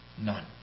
None